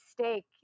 mistake